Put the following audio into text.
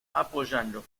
apoyando